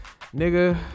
nigga